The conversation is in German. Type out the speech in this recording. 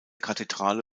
kathedrale